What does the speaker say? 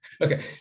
Okay